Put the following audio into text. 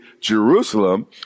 Jerusalem